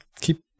keep